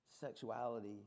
sexuality